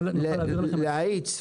להאיץ.